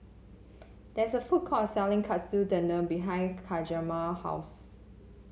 there is a food court selling Katsu Tendon behind Hjalmar house